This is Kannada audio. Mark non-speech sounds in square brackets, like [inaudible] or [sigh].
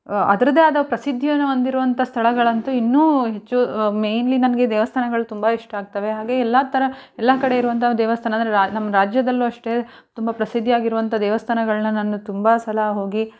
ಅದರದ್ದೇ ಆದ ಪ್ರಸಿದ್ದಿಯನ್ನು ಹೊಂದಿರುವಂಥ ಸ್ಥಳಗಳಂತೂ ಇನ್ನೂ ಹೆಚ್ಚು ಮೇಯ್ನ್ಲಿ ನನಗೆ ದೇವಸ್ಥಾನಗಳು ತುಂಬ ಇಷ್ಟ ಆಗ್ತವೆ ಹಾಗೆ ಎಲ್ಲಾ ತರ ಎಲ್ಲ ಕಡೆ ಇರುವಂಥ ದೇವಸ್ಥಾನ [unintelligible] ರಾ ನಮ್ಮ ರಾಜ್ಯದಲ್ಲೂ ಅಷ್ಟೇ ತುಂಬ ಪ್ರಸಿದ್ಧಿ ಆಗಿರುವಂಥ ದೇವಸ್ಥಾನಗಳನ್ನ ನಾನು ತುಂಬ ಸಲ ಹೋಗಿ